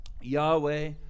Yahweh